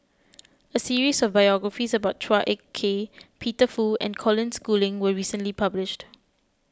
a series of biographies about Chua Ek Kay Peter Fu and Colin Schooling was recently published